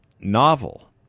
Novel